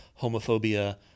homophobia